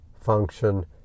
function